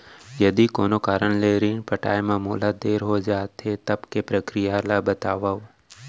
यदि कोनो कारन ले ऋण पटाय मा मोला देर हो जाथे, तब के प्रक्रिया ला बतावव